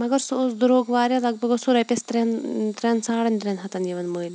مگر سُہ اوس درٛوٚگ واریاہ لگ بگ اوس سُہ رۄپیَس ترٛٮ۪ن ترٛٮ۪ن ساڑَن ترٛٮ۪ن ہَتَن یِوان مٔلۍ